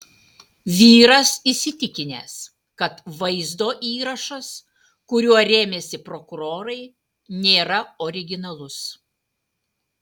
vyras įsitikinęs kad vaizdo įrašas kuriuo rėmėsi prokurorai nėra originalus